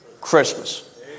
Christmas